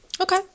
Okay